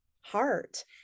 heart